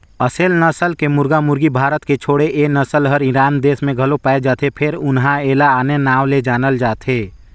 असेल नसल के मुरगा मुरगी भारत के छोड़े ए नसल हर ईरान देस में घलो पाये जाथे फेर उन्हा एला आने नांव ले जानल जाथे